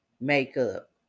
makeup